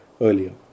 earlier